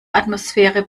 atmosphäre